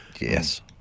Yes